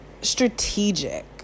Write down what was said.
strategic